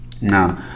Now